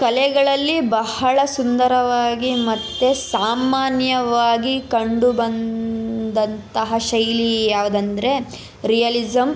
ಕಲೆಗಳಲ್ಲಿ ಬಹಳ ಸುಂದರವಾಗಿ ಮತ್ತು ಸಾಮಾನ್ಯವಾಗಿ ಕಂಡುಬಂದಂತಹ ಶೈಲಿ ಯಾವುದಂದ್ರೆ ರಿಯಲಿಸಂ